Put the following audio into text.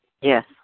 Yes